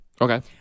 Okay